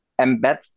embed